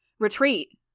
Retreat